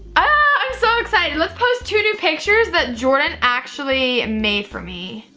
ah i'm so excited. let's post two new pictures that jordan actually made for me.